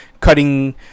cutting